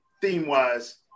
theme-wise